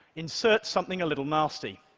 inserts something a little nasty.